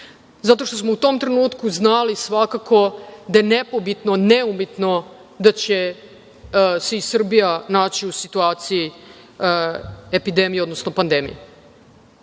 zato što smo u tom trenutku znali svakako da je nepobitno, neumitno da će se i Srbija naći u situaciji epidemije, odnosno pandemije. Na